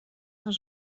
els